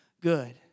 good